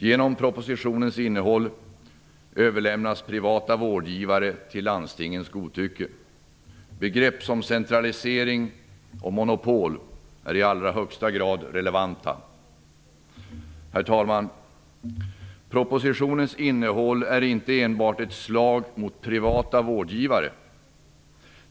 Genom propositionens innehåll överlämnas privata vårdgivare till landstingens godtycke. Begrepp som centralisering och monopol är i allra högsta grad relevanta. Herr talman! Propositionens innehåll är inte enbart ett slag mot privata vårdgivare.